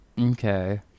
Okay